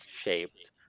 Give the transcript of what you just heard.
shaped